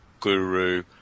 Guru